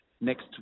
next